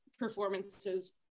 performances